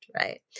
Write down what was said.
right